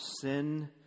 sin